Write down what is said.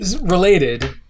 Related